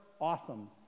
awesome